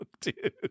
dude